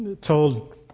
told